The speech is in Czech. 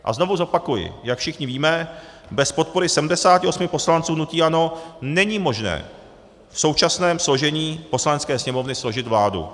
A znovu zopakuji, jak všichni víme, bez podpory 78 poslanců hnutí ANO není možné v současném složení Poslanecké sněmovny složit vládu.